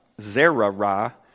zerah